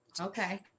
Okay